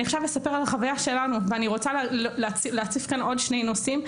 אני עכשיו אספר על החוויה שלנו ואני רוצה להציף כאן עוד שני נושאים.